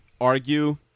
argue